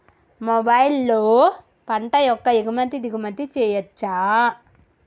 మొబైల్లో పంట యొక్క ఎగుమతి దిగుమతి చెయ్యచ్చా?